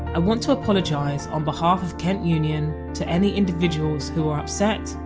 i want to apologise on behalf of kent union to any individuals who were upset,